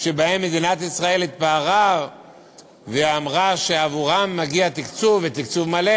שבהן מדינת ישראל התפארה ואמרה שעבורן מגיע תקצוב ותקצוב מלא